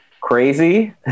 crazy